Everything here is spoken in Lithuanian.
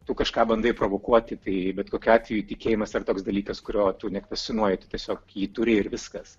tu kažką bandai provokuoti tai bet kokiu atveju tikėjimas yra toks dalykas kurio tu nekvestionuoji tiesiog jį turi ir viskas